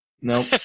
Nope